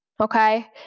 Okay